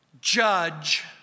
judge